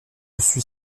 suis